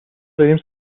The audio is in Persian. داریم